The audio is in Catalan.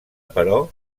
però